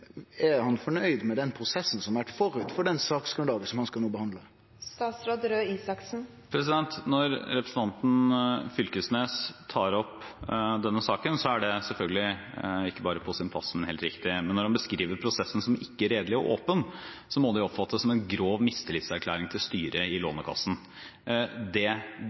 er: Er han fornøgd med den prosessen som har vore forut for det saksgrunnlaget han no skal behandle? Når representanten Knag Fylkesnes tar opp denne saken, så er det selvfølgelig ikke bare på sin plass, men helt riktig. Men når han beskriver prosessen som ikke redelig og åpen, må det jo oppfattes som en grov mistillitserklæring til styret i Lånekassen.